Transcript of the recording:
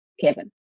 Kevin